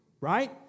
right